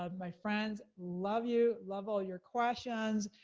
um my friends, love you, love all your questions,